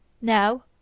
Now